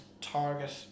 target